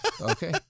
Okay